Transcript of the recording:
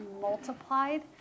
multiplied